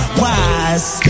wise